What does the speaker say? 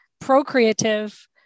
procreative